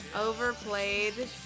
overplayed